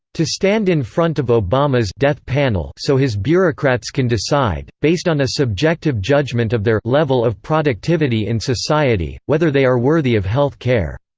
to stand in front of obama's death panel so his bureaucrats can decide, based on a subjective judgment of their level of productivity in society whether they are worthy of health care.